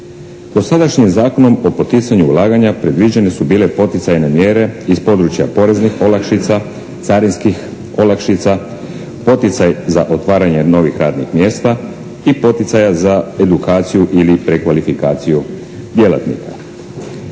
Dosadašnjim Zakonom o poticanju ulaganja predviđene su bile poticajne mjere iz područja poreznih olakšica, carinskih olakšica, poticaj za otvaranje novih radnih mjesta i poticaja za edukaciju ili prekvalifikaciju djelatnika.